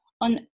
on